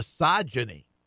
misogyny